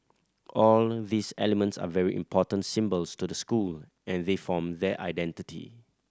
all these elements are very important symbols to the school and they form their identity